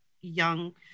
young